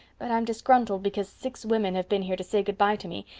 but i'm disgruntled because six women have been here to say good-bye to me,